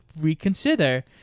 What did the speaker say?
reconsider